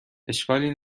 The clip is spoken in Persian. اشکالی